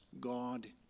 God